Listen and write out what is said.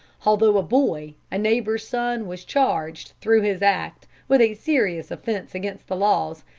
although a boy, a neighbor's son, was charged, through his act, with a serious offense against the laws,